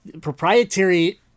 proprietary